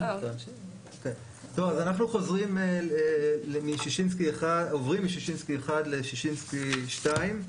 אנחנו עוברים משישינסקי 1 לשישינסקי 2,